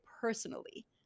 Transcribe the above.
personally